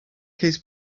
his